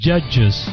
Judges